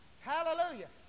hallelujah